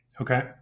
Okay